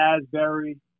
Asbury